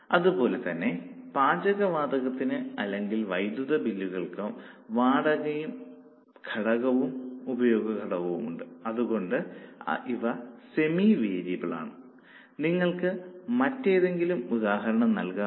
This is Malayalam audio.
അതുപോലെതന്നെ പാചകവാതകത്തിനും അല്ലെങ്കിൽ വൈദ്യുതി ബില്ലുകൾക്കും വാടക ഘടകവും ഉപയോഗ ഘടകവുമുണ്ട് അതുകൊണ്ട് അവ സെമി വേരിയബിൾ ആണ് നിങ്ങൾക്ക് മറ്റെന്തെങ്കിലും ഉദാഹരണം നൽകാമോ